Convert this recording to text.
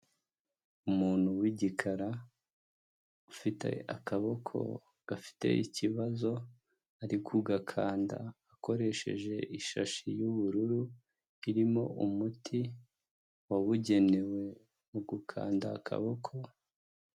Umuntu w'igikara ufite akaboko gafite ikibazo, ari kugakanda akoresheje ishashi y'ubururu irimo umuti wabugenewe wo gukanda akaboko.